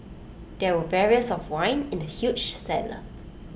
there were barrels of wine in the huge cellar